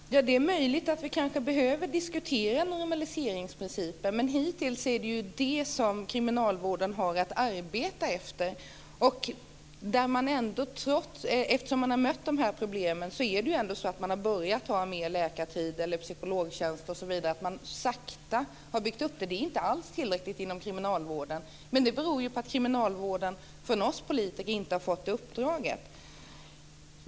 Fru talman! Det är möjligt att vi kanske behöver diskutera normaliseringsprincipen. Men än så länge är det ju den som kriminalvården har att arbeta efter. Eftersom man har mött dessa problem har man börjat ha mer läkartider och psykologtjänst osv., dvs att man sakta har byggt upp det. Det är inte alls tillräckligt inom kriminalvården. Men det beror ju på att kriminalvården från oss politiker inte har fått det uppdraget.